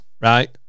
right